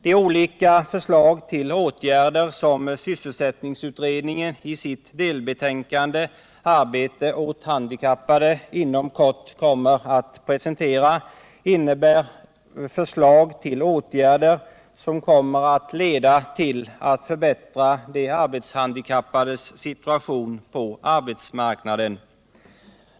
De olika förslag till åtgärder som sysselsättningsutredningen i sitt delbetänkande Arbete åt handikappade inom kort kommer att presentera innebär förslag till åtgärder som kommer att förbättra de arbetshandikappades situation på arbetsmarknaden.